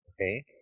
Okay